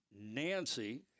Nancy